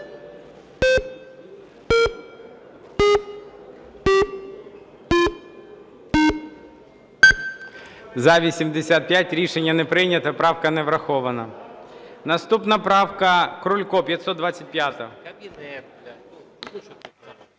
За-85 Рішення не прийнято. Правка не врахована. Наступна правка Крулько, 525-а.